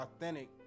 authentic